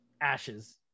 ashes